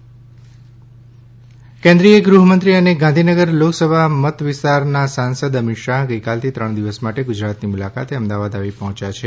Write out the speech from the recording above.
અમિત શાહ રાહુલ ગાંધી કેન્દ્રિય ગૃહમંત્રી અને ગાંધીનગર લોકસભા મત વિસ્તારના સાંસદ અમિત શાહ ગઇકાલથી ત્રણ દિવસ માટે ગુજરાતની મુલાકાતે અમદાવાદમાં આવી પહોચ્યા છે